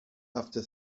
after